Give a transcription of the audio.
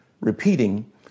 repeating